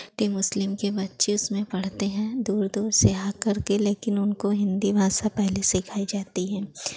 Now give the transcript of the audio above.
टे मुस्लिम के बच्चे उसमें पढ़ते हैं दूर दूर से आकर के लेकिन उनको हिन्दी भासा पहले सिखाई जाती है